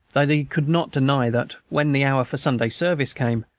though they could not deny that, when the hour for sunday service came,